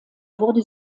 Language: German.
wurde